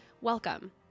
welcome